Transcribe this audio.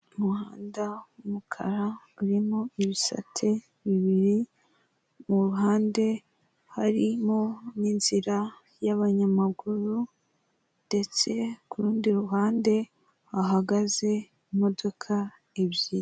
Umuhanda w'umukara urimo ibisate bibiri mu ruhande harimo n'inzira y'abanyamaguru ndetse ku rundi ruhande hahagaze imodoka ebyiri.